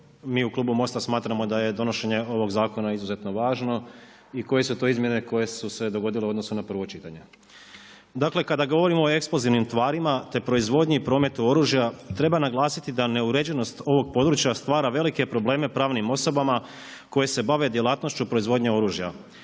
mi u klubu MOST-a smatramo da je donošenje ovog zakona izuzetno važno i koje su to izmjene koje su se dogodile u odnosu na prvo čitanje. Dakle kada govorimo o eksplozivnim tvarima, te proizvodnji i prometu oružja treba naglasiti da uneređenost ovog područja stvara velike probleme pravnim osobama koje se bave djelatnošću proizvodnje oružja.